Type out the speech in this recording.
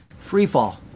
freefall